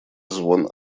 звон